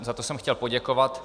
Za to jsem chtěl poděkovat.